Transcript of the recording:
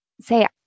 say